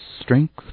strength